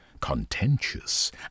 contentious